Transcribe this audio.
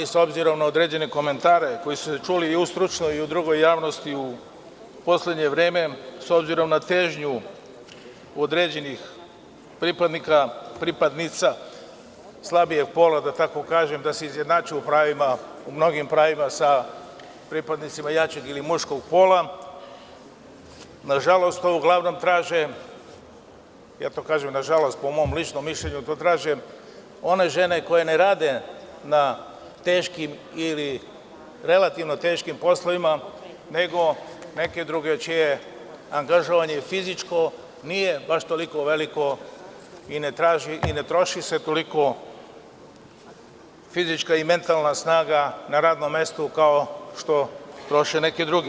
S obzirom na određene komentare koji su se čuli i u stručnoj i u drugoj javnosti, s obzirom na težnju određenih pripadnica slabijeg pola, da tako kažem, da se izjednače u mnogim pravima sa pripadnicima jačeg ili muškog pola, nažalost, ja to tako kažem po mom ličnom mišljenju, to uglavnom traže one žene koje ne rade na teškim ili relativno teškim poslovima, nego neke druge, čije angažovanje fizičko, nije baš toliko veliko, ne traži i ne troši se toliko fizička i mentalna snaga na radnom mestu, kao što troše neke druge.